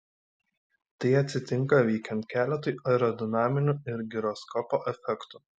tai atsitinka veikiant keletui aerodinaminių ir giroskopo efektų